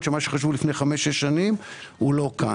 שמה שחשבו לפני חמש-שש שנים הוא לא כאן.